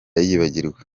yibagirwa